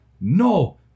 No